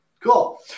Cool